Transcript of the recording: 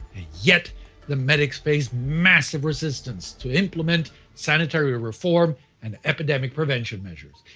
yet the medics face massive resistance to implement sanitary reform and epidemic prevention measures.